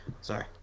Sorry